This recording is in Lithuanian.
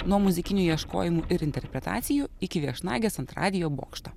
nuo muzikinių ieškojimų ir interpretacijų iki viešnagės ant radijo bokšto